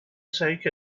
take